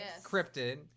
Cryptid